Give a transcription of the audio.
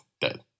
dead